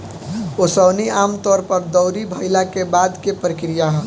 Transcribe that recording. ओसवनी आमतौर पर दौरी भईला के बाद के प्रक्रिया ह